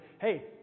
hey